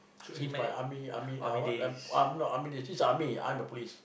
since my army army uh what ah um no army there's this army I'm the police